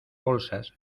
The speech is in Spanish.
bolsas